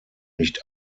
nicht